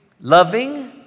Loving